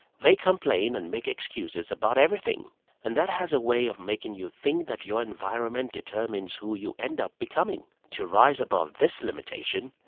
they complain and make excuses about everything and that has a way of making you think that your environment determines who you end up becoming. to rise above this limitation,